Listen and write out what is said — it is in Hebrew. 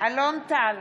אלון טל,